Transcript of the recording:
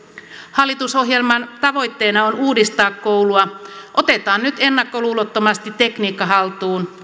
hallitusohjelman tavoitteena on uudistaa koulua otetaan nyt ennakkoluulottomasti tekniikka haltuun